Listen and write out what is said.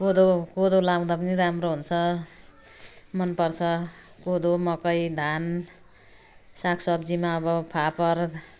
कोदो कोदो लगाउँदा पनि राम्रो हुन्छ मन पर्छ कोदो मकै धान साग सब्जीमा अब फापर